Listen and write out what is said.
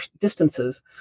distances